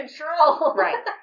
right